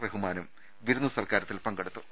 റ ഹ്മാനും വിരുന്ന് സൽക്കാരത്തിൽ പങ്കെടുത്തു